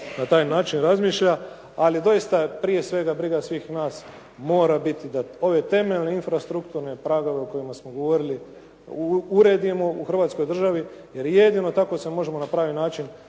na taj način razmišlja, ali doista je prije svega briga svih nas mora biti da ove temeljne infrastrukturne pravila o kojima smo govorili uredimo u Hrvatskoj državi jer jedino tako se možemo na pravi način